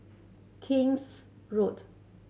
King's Road